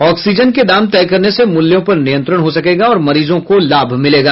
oxygen के दाम तय करने से मूल्यों पर नियंत्रण हो सकेगा और मरीजों को लाभ मिलेगा